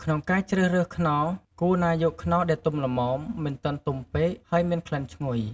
ក្នុងការជ្រើសរើសខ្នុរគួរណាយកខ្នុរដែលទុំល្មម មិនទាន់ទុំពេក ហើយមានក្លិនឈ្ងុយ។